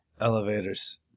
Elevators